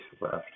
left